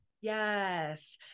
yes